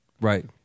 Right